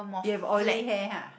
you have oily hair !huh!